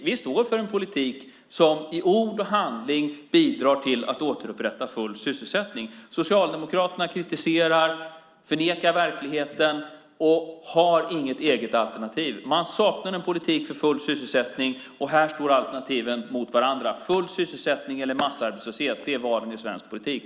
Vi står för en politik som i ord och handling bidrar till att återupprätta full sysselsättning. Socialdemokraterna kritiserar, förnekar verkligheten och har inget eget alternativ. Man saknar en politik för full sysselsättning. Här står alternativen mot varandra. Full sysselsättningen eller massarbetslöshet är valen i svensk politik.